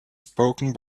spoken